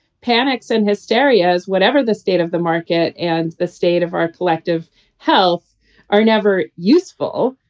panics and hysteria is whatever the state of the market and the state of our collective health are never useful.